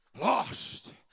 lost